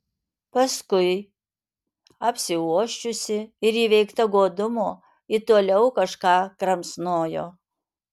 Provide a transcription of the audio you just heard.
paskui apsiuosčiusi ir įveikta godumo ji toliau kažką kramsnojo